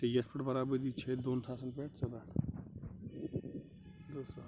ژےٚ یَتھ پٮ۪ٹھ بَرابٔردی چھے دۄن ساسن پٮ۪ٹھ ژٕ رٹھ